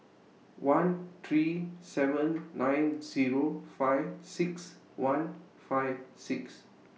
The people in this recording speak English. one three seven nine Zero five six one five six